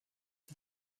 die